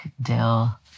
dill